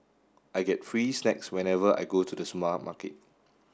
I get free snacks whenever I go to the